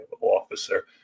officer